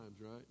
right